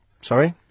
Sorry